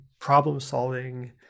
problem-solving